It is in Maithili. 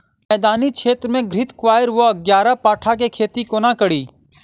मैदानी क्षेत्र मे घृतक्वाइर वा ग्यारपाठा केँ खेती कोना कड़ी?